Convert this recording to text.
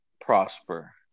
prosper